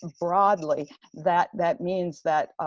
and broadly that that means that,